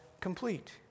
complete